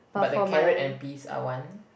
but the carrot and peas are one